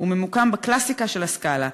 הוא ממוקם בקלאסיקה של הסקאלה,